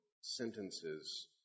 sentences